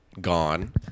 gone